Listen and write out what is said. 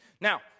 Now